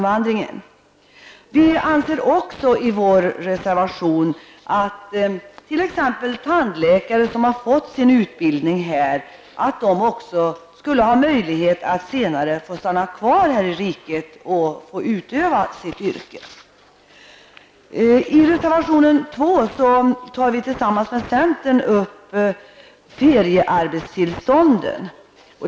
Vi säger också i vår reservation att t.ex. tandläkare som har fått sin utbildning här skall ha möjlighet att senare stanna kvar här i riket och utöva sitt yrke. I reservation 2 tar vi tillsammans med centern upp feriearbetstillstånden.